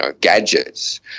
gadgets